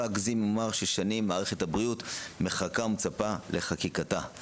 אגזים אם אומר ששנים מערכת הבריאות מחכה ומצפה לחקיקתה.